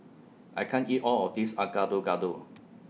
I can't eat All of This Are Gado Gado